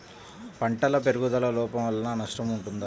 పంటల పెరుగుదల లోపం వలన నష్టము ఉంటుందా?